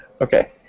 Okay